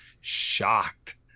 shocked